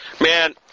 man